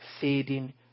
fading